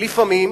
לפעמים,